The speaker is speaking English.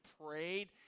prayed